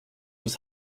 was